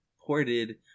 ported